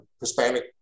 Hispanic